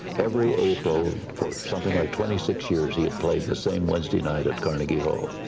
every april, for something like twenty six years he had played the same wednesday night at carnegie hall.